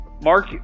mark